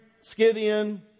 Scythian